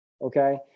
Okay